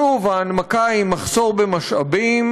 שוב, ההנמקה היא מחסור במשאבים,